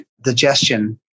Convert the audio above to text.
digestion